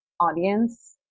audience